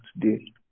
today